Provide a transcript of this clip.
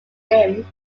rim